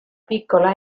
piccola